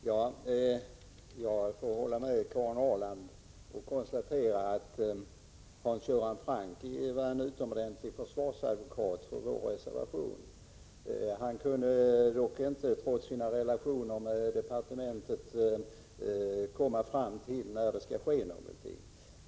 Fru talman! Jag håller med Karin Ahrland och konstaterar således att Hans Göran Franck är en utomordentligt bra försvarsadvokat när det gäller vår reservation. Han kunde dock inte, trots sina relationer till departementet, ge ett besked om när någonting skall ske.